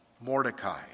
Mordecai